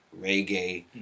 reggae